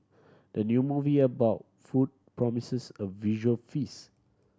the new movie about food promises a visual feast